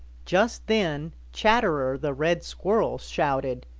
just then chatterer the red squirrel shouted,